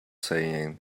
saying